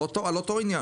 על אותו עניין.